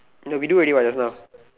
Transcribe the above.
no we do already what just now